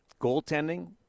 goaltending